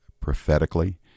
prophetically